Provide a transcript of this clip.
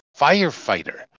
firefighter